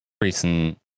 recent